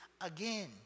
Again